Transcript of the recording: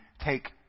take